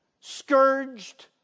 scourged